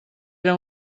era